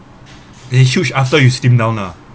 the shoot after you slim down lah